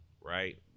right